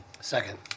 Second